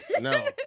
No